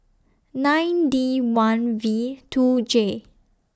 nine D one V two J